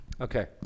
okay